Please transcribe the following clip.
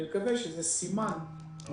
אני מקווה שזה סימן לבאות,